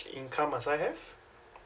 income must I have